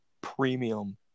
premium